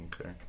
Okay